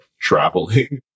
traveling